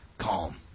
calm